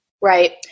Right